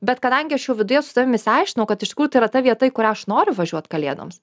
bet kadangi aš jau viduje su savim išsiaiškinau kad iš tikrųjų tai yra ta vieta į kurią aš noriu važiuot kalėdoms